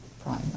prime